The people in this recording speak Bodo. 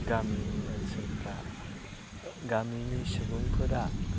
गामिनि ओनसोलफ्रा गामिनि सुबुंफोरा